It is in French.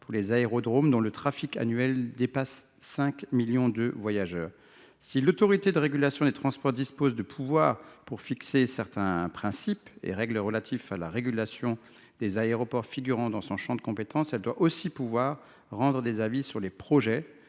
pour les aérodromes dont le trafic annuel dépasse 5 millions de voyageurs. Si l’Autorité de régulation des transports peut fixer certains principes et règles relatifs à la régulation des aéroports figurant dans son champ de compétence, elle doit aussi pouvoir rendre des avis sur les projets